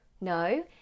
No